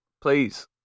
Please